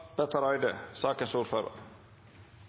Petter Eide